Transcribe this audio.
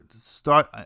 start